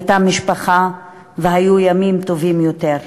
הייתה משפחה והיו ימים טובים יותר.